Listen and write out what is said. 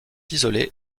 isolées